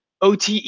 OTE